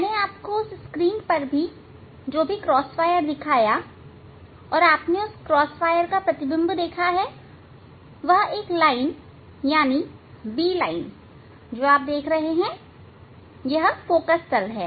मैंने आपको उस स्क्रीन पर जो भी क्रॉस वायर दिखाया तथा आपने उस क्रॉस वायर का प्रतिबिंब देखा है वह एक लाइन यानी b लाइन जो आप देख रहे हैं वह फोकल तल है